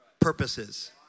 purposes